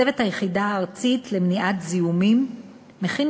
צוות היחידה הארצית למניעת זיהומים מכין